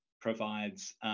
provides